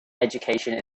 education